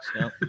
No